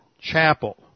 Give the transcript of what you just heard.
chapel